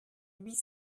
huit